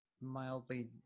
mildly